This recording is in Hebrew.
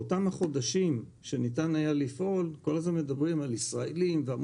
באותם החודשים שניתן היה לפעול כל הזמן מדברים על ישראלים ועל כך